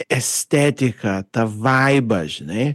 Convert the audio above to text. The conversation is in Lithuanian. estetiką tą vaibą žinai